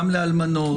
גם לאלמנות.